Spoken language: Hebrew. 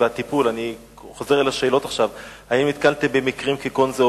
אני חוזר על השאלות: 1. האם נתקלתם במקרים כגון אלה או